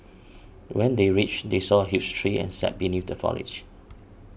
when they reached they saw a huge tree and sat beneath the foliage